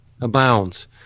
abounds